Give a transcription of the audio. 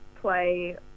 play